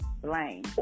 blame